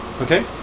Okay